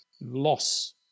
loss